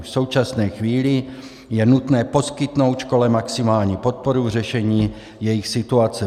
V současné chvíli je nutné poskytnout škole maximální podporu v řešení jejich situace.